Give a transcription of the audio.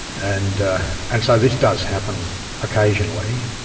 and and so this does happen occasionally,